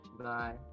Bye